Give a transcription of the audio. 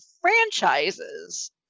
franchises